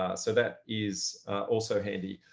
ah so that is also handy.